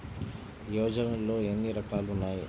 యోజనలో ఏన్ని రకాలు ఉన్నాయి?